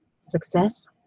Success